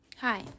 Hi